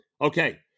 Okay